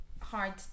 hard